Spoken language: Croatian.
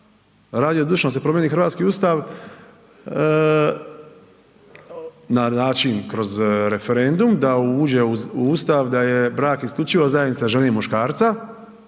radio zdušno da se promijeni hrvatski Ustav na način kroz referendum da uđe u Ustav da je brak isključivo zajednica žene i muškarca,